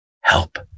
Help